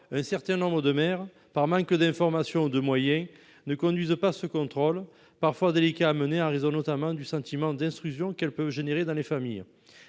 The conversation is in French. un certain nombre de maires, par manque d'information ou de moyens, ne conduisent pas ces contrôles, parfois délicats à mener, notamment en raison du sentiment d'intrusion qu'ils peuvent générer dans les familles.